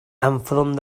enfront